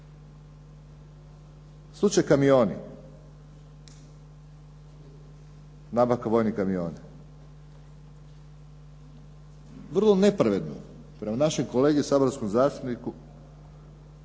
Slučaj "kamioni", nabavka vojnih kamiona. Vrlo nepravedno prema našem kolegi saborskom zastupniku